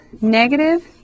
negative